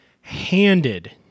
handed